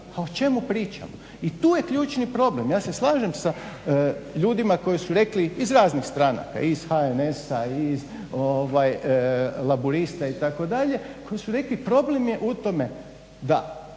Pa o čemu pričamo? I tu je ključni problem. Ja se slažem sa ljudima koji su rekli iz raznih stranaka iz HNS-a, iz Laburista itd., koji su rekli problem je u tome da